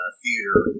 theater